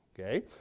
okay